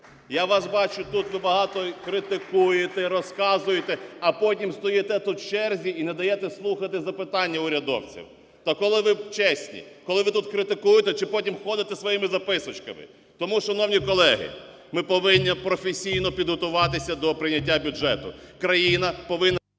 Я вас бачу, тут ви багато критикуєте і розказуєте, а потім стоїте тут, в черзі і не даєте слухати запитання урядовців. То коли ви чесні? Коли ви тут критикуєте? Чи потім ходите зі своїми записочками? Тому, шановні колеги, ми повинні професійно підготуватися до прийняття бюджету, країна повинна…